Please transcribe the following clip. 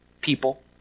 people